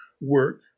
work